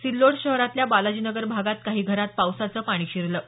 सिल्लोड शहरातल्या बालाजीनगर भागात काही घरांत पावसाचं पाणी शिरलं आहे